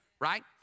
Right